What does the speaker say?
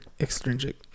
extrinsic